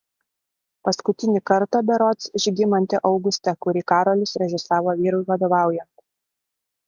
paskutinį kartą berods žygimante auguste kurį karolis režisavo vyrui vadovaujant